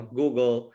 Google